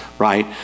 right